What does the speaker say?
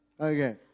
Okay